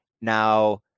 Now